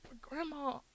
grandma